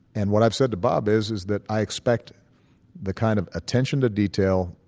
and what i've said to bob is is that i expect the kind of attention to detail,